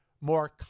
more